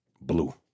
blue